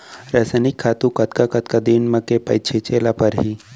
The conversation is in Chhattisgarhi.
रसायनिक खातू कतका कतका दिन म, के पइत छिंचे ल परहि?